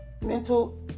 Mental